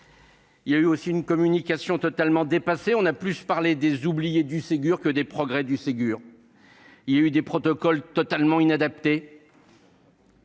Il y a eu aussi une communication totalement dépassée. On a plus parlé des « oubliés du Ségur » que des progrès réalisés dans ce cadre. Il y a eu des protocoles totalement inadaptés.